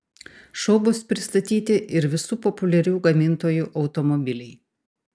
šou bus pristatyti ir visų populiarių gamintojų automobiliai